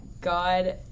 God